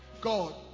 God